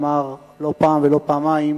אמר לא פעם ולא פעמיים: